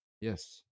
Yes